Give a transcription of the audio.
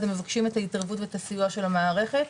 אז הם מבקשים את ההתערבות והסיוע של המערכת.